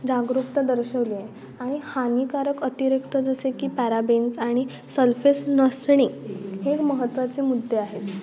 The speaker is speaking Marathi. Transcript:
जागरूकता दर्शवली आहे आणि हानीकारक अतिरिक्त जसे की पॅराबेन्स आणि सल्फेस नसणे हे एक महत्वाचे मुद्दे आहेत